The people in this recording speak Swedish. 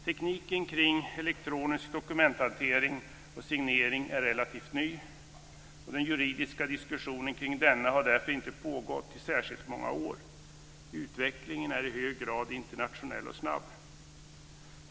Tekniken kring elektronisk dokumenthantering och signering är relativt ny, och den juridiska diskussionen kring denna har därför inte pågått i särskilt många år. Utvecklingen är i hög grad internationell och snabb.